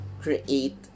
create